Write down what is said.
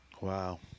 Wow